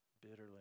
bitterly